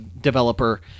developer